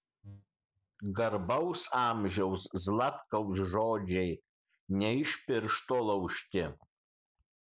garbaus amžiaus zlatkaus žodžiai ne iš piršto laužti